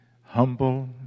Humble